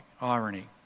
irony